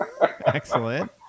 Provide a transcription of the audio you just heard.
Excellent